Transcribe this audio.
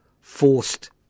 forced